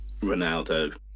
Ronaldo